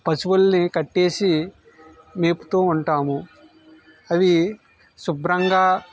పశువులని కట్టేసి మేపుతూ ఉంటాము అవి శుభ్రంగా